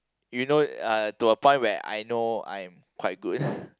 you know uh to a point where I know I am quite good